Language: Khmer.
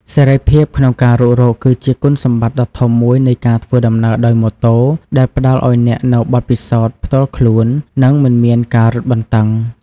សេរីភាពក្នុងការរុករក គឺជាគុណសម្បត្តិដ៏ធំមួយនៃការធ្វើដំណើរដោយម៉ូតូ ដែលផ្តល់ឱ្យអ្នកនូវបទពិសោធន៍ផ្ទាល់ខ្លួន និងមិនមានការរឹតបន្តឹង។